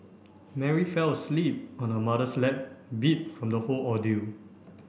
Mary fell asleep on her mother's lap beat from the whole ordeal